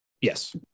Yes